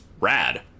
rad